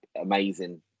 amazing